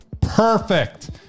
Perfect